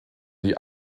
die